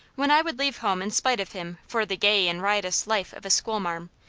when i would leave home in spite of him for the gay and riotous life of a school-marm,